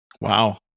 Wow